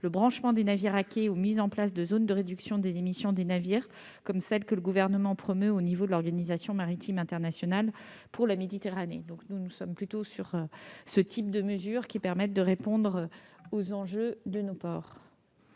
le branchement des navires à quai ou la mise en place de zones de réduction des émissions des navires, comme celles que le Gouvernement promeut auprès de l'Organisation maritime internationale pour la Méditerranée. De telles mesures permettent de mieux répondre aux enjeux de nos ports.